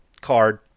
card